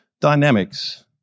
dynamics